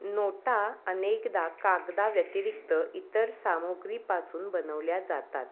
नोटा अनेकदा कागदा व्यतिरिक्त इतर सामग्रीपासून बनवल्या जातात